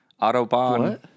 Autobahn